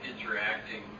interacting